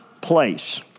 place